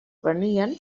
venien